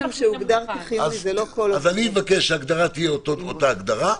אז אני אבקש שההגדרה תהיה אותה הגדרה.